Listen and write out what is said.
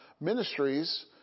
ministries